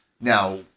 Now